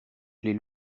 les